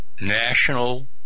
national